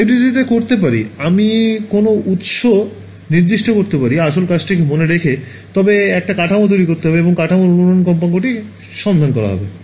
FDTDতে করতে পারি আমি কোনও উৎস নির্দিষ্ট করতে পারি আসল কাজটিকে মনে রেখে তবে একটা কাঠামো তরি হবে এবং কাঠামোর অনুরণন কম্পাঙ্ক টি সন্ধান করা হবে